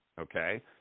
okay